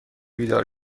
بیدار